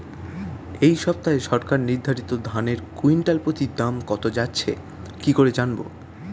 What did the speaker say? এই সপ্তাহে সরকার নির্ধারিত ধানের কুইন্টাল প্রতি দাম কত যাচ্ছে কি করে জানবো?